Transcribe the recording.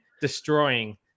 destroying